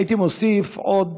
הייתי מוסיף עוד: